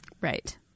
Right